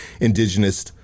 indigenous